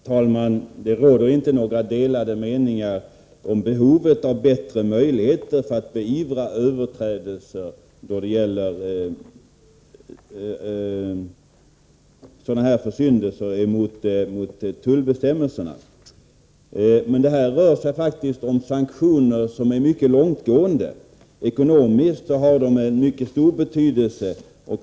Herr talman! Det råder inte några delade meningar om behovet av bättre möjligheter att beivra försyndelser mot tullbestämmelserna. Men här rör det sig om sanktioner som är mycket långtgående. Ekonomiskt har de en mycket stor betydelse.